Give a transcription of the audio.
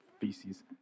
feces